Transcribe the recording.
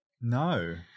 No